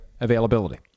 availability